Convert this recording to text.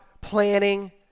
planning